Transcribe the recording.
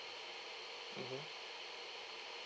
mmhmm